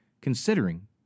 considering